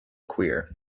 queer